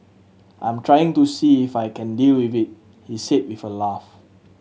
I'm trying to see if I can deal with it he said with a laugh